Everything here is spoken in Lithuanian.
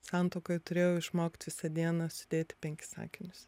santuokoj turėjau išmokt visą dieną sudėt į penkis sakinius